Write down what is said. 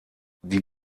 die